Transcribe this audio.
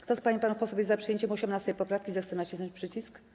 Kto z pań i panów posłów jest za przyjęciem 18. poprawki, zechce nacisnąć przycisk.